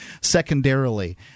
Secondarily